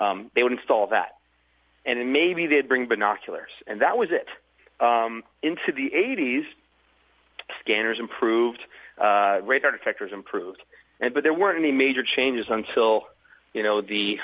s they would install that and maybe they'd bring binoculars and that was it into the eighty's scanners improved radar detectors improved and but there weren't any major changes until you know the